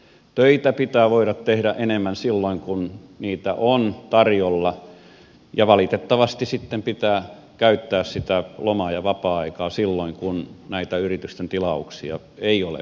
töitä pitää voida tehdä enemmän silloin kun niitä on tarjolla ja valitettavasti sitten pitää käyttää sitä lomaa ja vapaa aikaa silloin kun näitä yritysten tilauksia ei ole samalla tavalla